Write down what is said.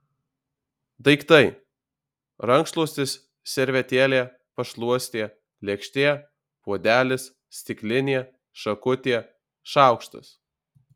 daiktai rankšluostis servetėlė pašluostė lėkštė puodelis stiklinė šakutė šaukštas